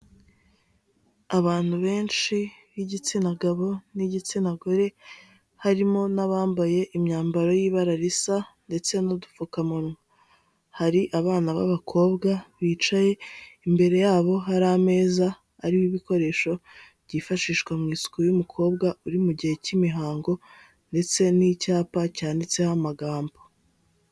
Abantu benshi b'igitsina gabo n'igitsina gore harimo n'abambaye imyambaro y'ibara risa ndetse n'udupfukamunwa, hari abana b'abakobwa bicaye imbere yabo hari ameza ariho ibikoresho byifashishwa mu isuku y'umukobwa uri mu gihe cy'imihango ndetse n'icyapa cyanditseho amagambo.